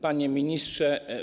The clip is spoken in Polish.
Panie Ministrze!